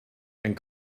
and